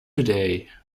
today